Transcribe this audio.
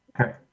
okay